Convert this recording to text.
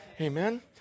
Amen